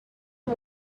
amb